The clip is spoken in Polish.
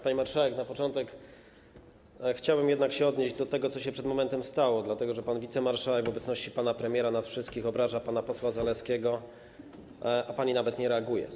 Pani marszałek, na początek chciałbym jednak odnieść się do tego, co się przed momentem stało, dlatego że pan wicemarszałek w obecności pana premiera, nas wszystkich obraża pana posła Zalewskiego, a pani nawet nie reaguje.